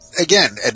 again